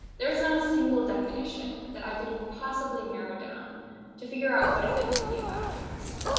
there is not a single definition that i could possibly narrow down to figure out what it meant to be a biochemist.